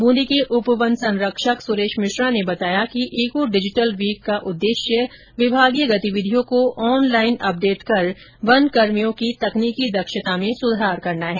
बूंदी के उप वन संरक्षक सुरेश मिश्रा ने बताया कि ईको डिजिटल वीक का उददेश्य विभागीय गतिविधियों को ऑनलाईन अपडेट कर वनकर्भियों की तकनीकी दक्षता में सुधार करना है